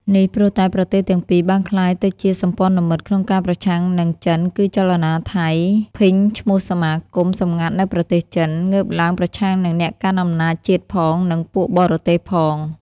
នេះព្រោះតែ ប្រទេសទាំងពីរបានក្លាយទៅសម្ព័ន្ធមិត្តក្នុងការប្រឆាំងនឹង ចិនគឺចលនាថៃ ភិញឈ្មោះសមាគម សម្ងាត់នៅប្រទេសចិនងើបឡើងប្រឆាំងនឹងអ្នកកាន់អំណាចជាតិផង និងពួកបរទេសផង។